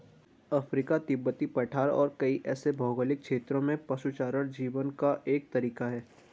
Africa, तिब्बती पठार और कई ऐसे भौगोलिक क्षेत्रों में पशुचारण जीवन का एक तरीका है